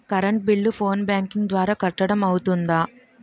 Current bill phone banking ద్వారా కట్టడం అవ్తుందా?